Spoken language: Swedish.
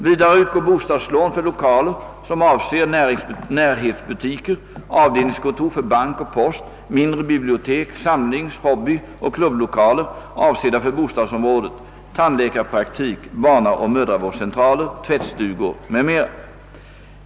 Vidare utgår bostadslån för lokaler som avser närhetsbutiker, avdelningskontor för bank och post, mindre ' bibliotek, samlings-; hobbyoch klubblokaler avsedda för bostadsområdet, tandläkarpraktik, barnaoch mödravårdscentraler,' tvättstugor m;m.